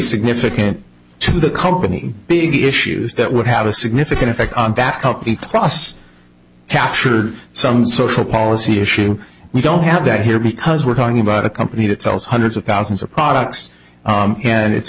significant to the company big issues that would have a significant effect on back up the thrust captured some social policy issue we don't have that here because we're talking about a company that sells hundreds of thousands of products and it's